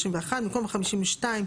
31" במקום "ו-52"